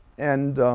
and